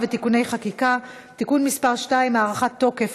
ותיקוני חקיקה) (תיקון מס' 2) (הארכת תוקף),